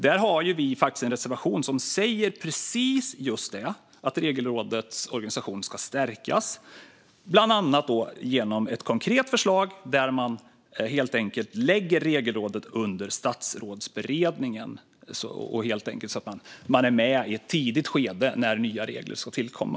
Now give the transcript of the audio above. Vi har faktiskt en reservation som säger att Regelrådets organisation ska stärkas, bland genom att man lägger Regelrådet under Statsrådsberedningen så att rådet är med i ett tidigt skede när nya regler ska tillkomma.